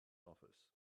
office